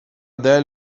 dēļ